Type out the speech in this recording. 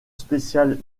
spéciale